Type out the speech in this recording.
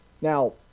now